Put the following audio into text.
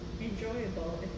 enjoyable